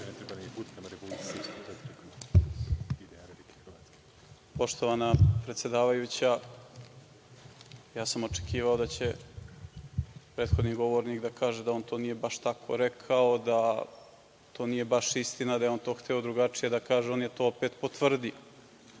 Poštovana predsedavajuća, ja sam očekivao da će prethodni govornik da kaže da on to nije baš tako rekao, da to nije baš istina, da je on to hteo drugačije da kaže, a on je to opet potvrdio. Mene